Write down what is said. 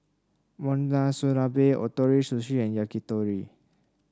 Monsunabe Ootoro Sushi and Yakitori